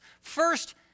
first